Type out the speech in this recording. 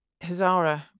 Hazara